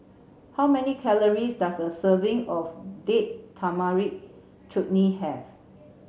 how many calories does a serving of Date Tamarind Chutney have